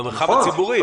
במרחב הציבורי.